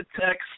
text